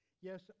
Yes